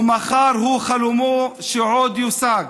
ומחר הוא חלומו, שעוד יושג.